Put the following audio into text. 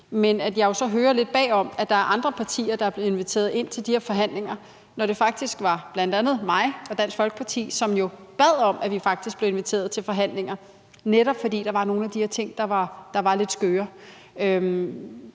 – at jeg så hører lidt bagom, at der er andre partier, der er blevet inviteret ind til de her forhandlinger, når det bl.a. faktisk var mig og Dansk Folkeparti, som jo bad om, at vi faktisk blev inviteret til forhandlinger, netop fordi der var nogle af de her ting, der var lidt skøre.